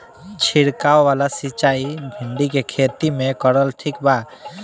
छीरकाव वाला सिचाई भिंडी के खेती मे करल ठीक बा?